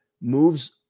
moves